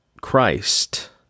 Christ